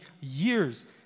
years